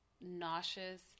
nauseous